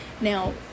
Now